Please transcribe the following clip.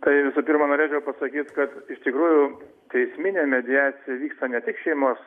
tai visų pirma norėčiau pasakyt kad iš tikrųjų teisminė mediacija vyksta ne tik šeimos